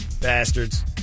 bastards